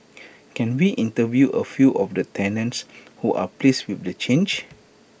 can we interview A few of the tenants who are pleased with the change